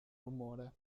rumore